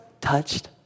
touched